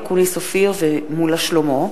אופיר אקוניס ושלמה מולה,